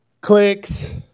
Clicks